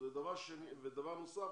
ודבר נוסף